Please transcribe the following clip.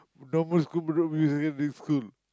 normal school Bedok-View-Secondary-School